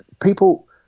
people